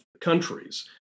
countries